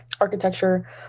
architecture